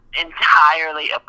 entirely